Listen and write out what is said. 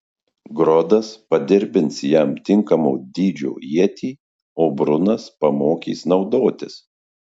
grodas padirbins jam tinkamo dydžio ietį o brunas pamokys naudotis